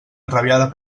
enrabiada